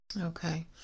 Okay